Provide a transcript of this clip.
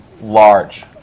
large